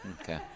okay